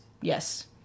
yes